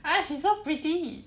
!huh! she's so pretty